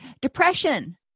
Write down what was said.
Depression